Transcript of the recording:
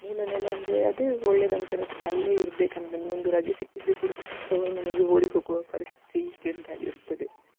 ಮೂಲನೆಲೆ ಅಂದರೆ ಅದೇ ಒಳ್ಳೆದಂತ ಅನಿಸ್ತದೆ ಅಲ್ಲೇ ಇರ್ಬೇಕಂತಂದು ಒಂದು ರಜೆ ಸಿಕ್ಕಿದರೆ ಕೂಡ ತವರು ಮನೆಗೆ ಓಡಿಹೋಗುವ ಪರಿಸ್ಥಿತಿ ಈಗಿಂದಾಗಿರ್ತದೆ